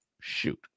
Shoot